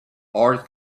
arts